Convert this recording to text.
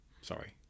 Sorry